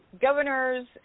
governors